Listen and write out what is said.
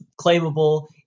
claimable